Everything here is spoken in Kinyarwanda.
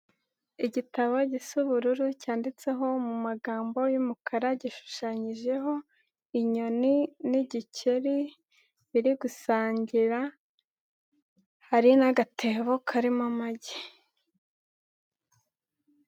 Igitabo gisa ubururu cyanditseho mu magambo y'umukara, gishushanyijeho inyoni n'igikeri biri gusangira, hari n'agatebo karimo amagi.